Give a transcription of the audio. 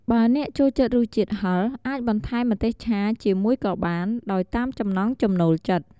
បើអ្នកចូលចិត្តរសជាតិហឹរ អាចបន្ថែមម្ទេសឆាជាមួយក៏បាន ដោយតាមចំណង់ចំណូលចិត្ត។